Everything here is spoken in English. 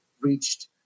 reached